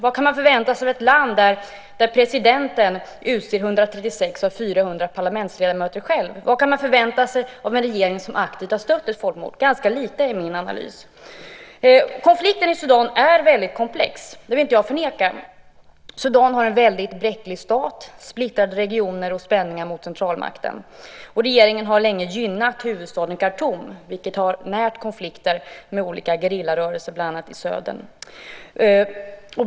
Vad kan man förvänta sig av ett land där presidenten själv utser 136 av 400 parlamentsledamöter? Vad kan man förvänta sig av en regering som aktivt har stött ett folkmord? Ganska lite, är min analys. Konflikten i Sudan är väldigt komplex; det vill jag inte förneka. Sudan är en bräcklig stat som är splittrad i regioner och med spänningar som riktar sig mot centralmakten. Regeringen har länge gynnat huvudstaden Khartoum, vilket har närt konflikter med olika gerillarörelser bland annat i södern.